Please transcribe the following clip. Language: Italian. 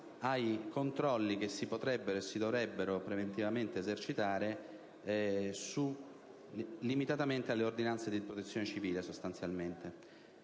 ai controlli che si potrebbero e si dovrebbero preventivamente esercitare limitatamente alle ordinanze di Protezione civile. Abbiamo